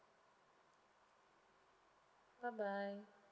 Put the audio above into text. bye bye